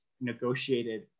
negotiated